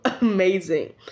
amazing